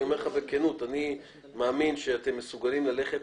אני אומר לך בכנות, אני מאמין שאתם מסוגלים ללכת